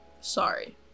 sorry